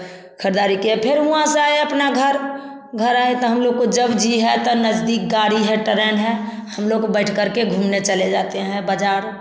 खरीदारी किया फिर वहाँ से आए अपने घर घर आए तय हम लोग का जब जिय है तय नज़दीक गाड़ी है ट्रेन है हम लोग बैठकर के घूमने चले जाते हैं बाज़ार